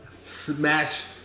smashed